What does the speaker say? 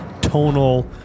tonal